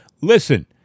Listen